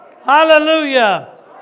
Hallelujah